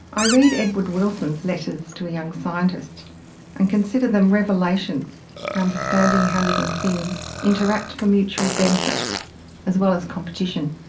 i read edward wilson's letters to a young scientist and consider them revelations for understanding how living things interact for mutual benefit as well as competition.